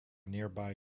nearby